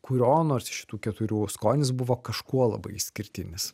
kurio nors iš šitų keturių skonis buvo kažkuo labai išskirtinis